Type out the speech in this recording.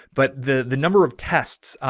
but the the number of tests,